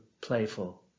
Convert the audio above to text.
playful